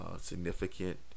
significant